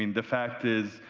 the fact is,